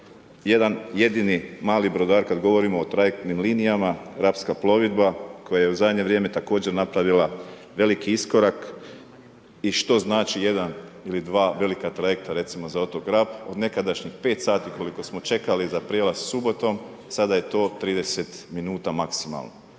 jedan jedini mali brodar kad govorimo o trajektnim linijama, Rapska plovidba koja je u zadnje vrijeme također napravila veliki iskorak i što znači jedan ili dva velika trajekta recimo za otok Rab? Od nekadašnjih 5 sati koliko smo čekali na prijevoz subotom, sada je to 30 minuta maksimalno.